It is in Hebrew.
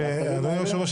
אדוני היושב ראש,